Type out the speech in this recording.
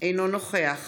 אינו נוכח